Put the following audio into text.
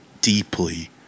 deeply